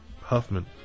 Huffman